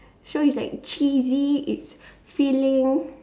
so it's like cheesy it's filling